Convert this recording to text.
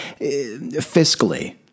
Fiscally